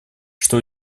что